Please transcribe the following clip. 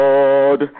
Lord